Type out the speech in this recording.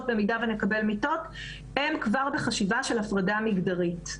במידה ונקבל מיטות - הן כבר בחשיבה של הפרדה מגדרית.